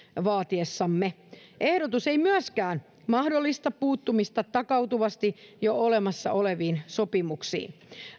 vaatiessamme ehdotus ei myöskään mahdollista puuttumista takautuvasti jo olemassa oleviin sopimuksiin